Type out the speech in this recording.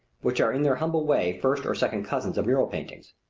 which are in their humble way first or second cousins mural paintings.